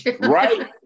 right